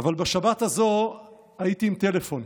אבל בשבת הזאת הייתי עם טלפון,